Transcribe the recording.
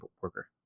worker